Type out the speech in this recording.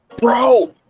Bro